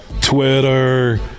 Twitter